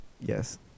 yes